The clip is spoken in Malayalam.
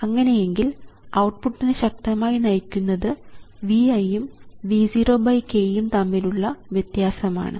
അങ്ങനെയെങ്കിൽ ഔട്ട്പുട്ടിനെ ശക്തമായി നയിക്കുന്നത് V i ഉം V 0 k ഉം തമ്മിലുള്ള വ്യത്യാസം ആണ്